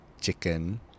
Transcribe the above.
chicken